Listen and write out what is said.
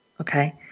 Okay